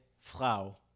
frau